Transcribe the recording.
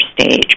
stage